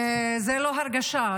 זאת לא הרגשה,